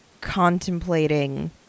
contemplating